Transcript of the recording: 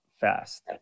fast